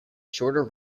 shorter